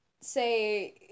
say